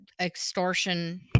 extortion